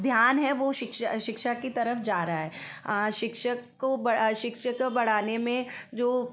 ध्यान है वो शिक्षा शिक्षा की तरफ जा रहा है शिक्षक को बड़ शिक्षक बढ़ाने में जो